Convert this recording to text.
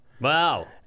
Wow